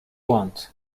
want